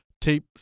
tape